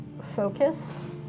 focus